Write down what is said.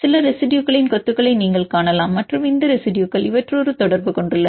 சில ரெசிடுயுகளின் கொத்துக்களை நீங்கள் காணலாம் மற்றும் இந்த ரெசிடுயுகள் இவற்றோடு தொடர்பு கொண்டுள்ளன